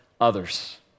others